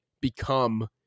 become